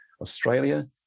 Australia